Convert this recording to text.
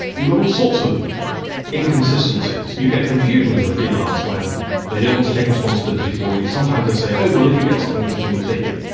got all sorts of inconsistencies. you get confusion as a freelance, where they don't want to take responsibility for you. sometimes they'll say, oh well, if you get something interesting we'll take it.